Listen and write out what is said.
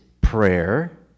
prayer